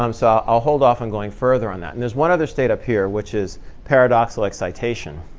um so i'll hold off on going further on that. and there's one other state up here, which is paradoxical excitation.